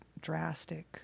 drastic